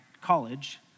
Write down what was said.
college